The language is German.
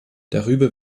darüber